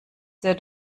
der